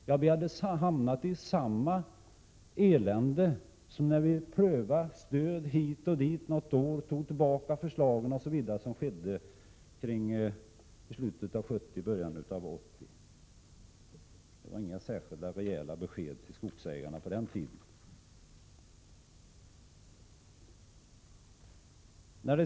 Jo, vi hade hamnat i samma elände som när ni prövade stöd hit och dit något år, tog tillbaka förslagen osv. i slutet av 70-talet och i början av 80-talet. Det var inga särskilt rejäla besked till skogsägarna på den tiden.